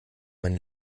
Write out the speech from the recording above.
meine